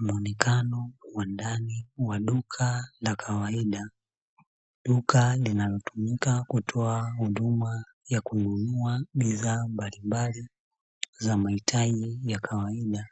Mrundikano wa ndani wa duka la kawaida. Duka linalotumika kutoa huduma ya kununua bidhaa mbalimbali za mahitaji ya kawaida,